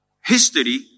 History